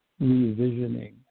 revisioning